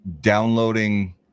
downloading